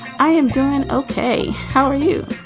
i am doing ok. how are you?